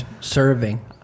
serving